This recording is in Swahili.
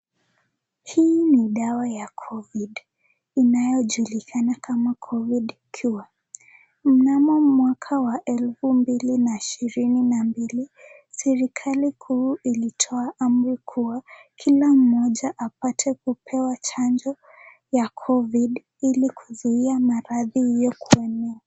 Hii ni dawa ya covid ,inayojulikana kama covid cure . Mnamo mwaka wa elfu mbili na ishirini na mbili, serikali kuu ilitoa amri kua kila mmoja apate kupewa chanjo ya covid ili kuzuia maradhi hiyo kuenea.